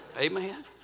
Amen